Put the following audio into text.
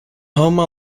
homer